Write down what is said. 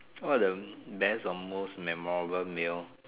what are the best or most memorable meal